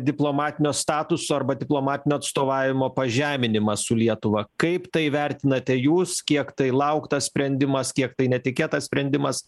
diplomatinio statuso arba diplomatinio atstovavimo pažeminimą su lietuva kaip tai vertinate jūs kiek tai lauktas sprendimas kiek tai netikėtas sprendimas